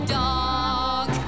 dog